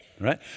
right